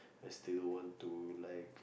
I still want to like